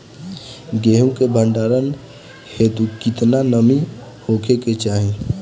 गेहूं के भंडारन हेतू कितना नमी होखे के चाहि?